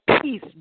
peace